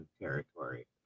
territory